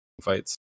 fights